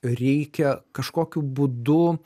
reikia kažkokiu būdu